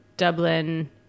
Dublin